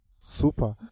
Super